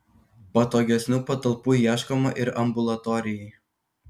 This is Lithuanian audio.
patogesnių patalpų ieškoma ir ambulatorijai